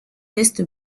est